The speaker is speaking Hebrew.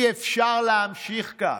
אי-אפשר להמשיך כך.